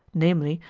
namely,